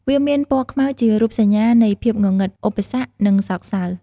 វាមានពណ៌ខ្មៅជារូបសញ្ញានៃភាពងងឹត ឧបសគ្គ និងសោកស្តាយ។